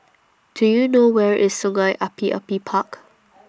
Do YOU know Where IS Sungei Api Api Park